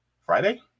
Friday